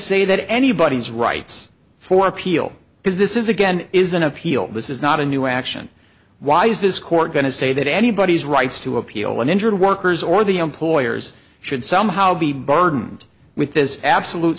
say that anybody's rights for appeal because this is again is an appeal this is not a new action why is this court going to say that anybody's rights to appeal an injured workers or the employers should somehow be burdened with this absolute